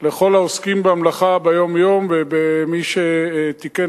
לכל העוסקים במלאכה ביום-יום ולמי שתיקן